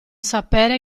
sapere